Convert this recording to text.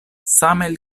same